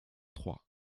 trois